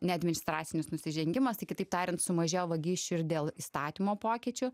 neadministracinis nusižengimas tai kitaip tariant sumažėjo vagysčių ir dėl įstatymo pokyčių